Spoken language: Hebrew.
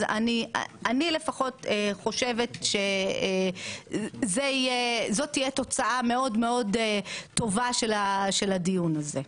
אז אני לפחות חושבת שזאת תהיה תוצאה מאוד מאוד טובה של הדיון הזה.